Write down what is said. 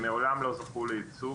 הם מעולם לא זכו לייצוג,